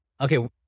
Okay